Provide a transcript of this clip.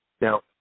Now